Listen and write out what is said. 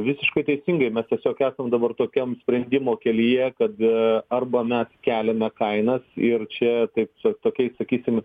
visiškai teisingai mes tiesiog esam dabar tokiam sprendimų kelyje kad a arba mes keliame kainas ir čia taip su tokiais sakysim